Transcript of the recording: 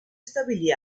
stabilì